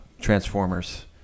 Transformers